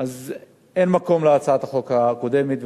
אין מקום להצעת החוק הקודמת,